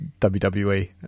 WWE